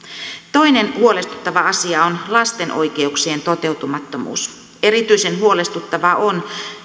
toinen huolestuttava asia on lasten oikeuksien toteutumattomuus erityisen huolestuttavaa on